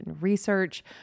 research